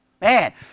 Man